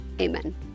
amen